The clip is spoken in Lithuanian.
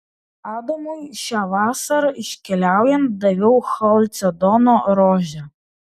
adamui šią vasarą iškeliaujant daviau chalcedono rožę